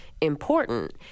important